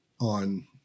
on